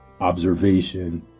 observation